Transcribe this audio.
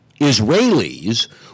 Israelis